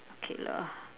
okay lah